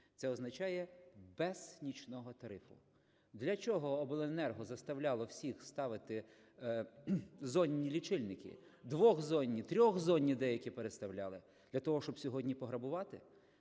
Це означає – без нічного тарифу. Для чого обленерго заставляло всіх ставити зонні лічильники (двохзонні, трьохзонні деякі переставляли)? Для того, щоб сьогодні пограбувати?